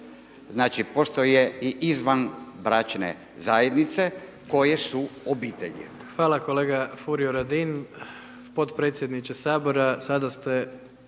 Znači postoje i izvanbračne zajednice koji su obitelji.